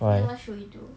then what should we do